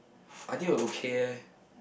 I think we're okay eh